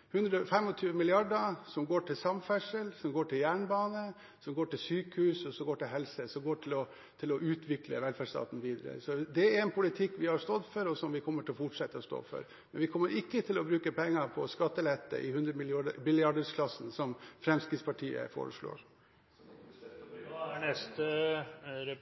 100 til 125 mrd. kr av statsbudsjettet – 125 mrd. kr som går til samferdsel, som går til jernbane, som går til sykehus og som går til helse – som går til å utvikle velferdsstaten videre. Så det er en politikk vi har stått for, og som vi kommer til å fortsette å stå for. Men vi kommer ikke til å bruke penger på skattelette i hundremilliardersklassen, som Fremskrittspartiet foreslår. Jeg synes det var interessant å høre